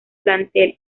plantel